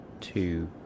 two